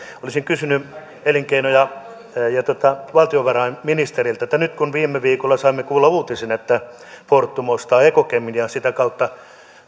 olisin kysynyt elinkeino ja ja valtiovarainministeriltä nyt kun viime viikolla saimme kuulla uutisen että fortum ostaa ekokemin ja ja sitä kautta